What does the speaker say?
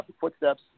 footsteps